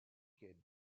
kid